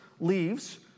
leaves